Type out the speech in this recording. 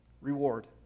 reward